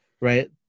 right